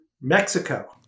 Mexico